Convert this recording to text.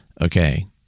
okay